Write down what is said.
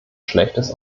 schlechtes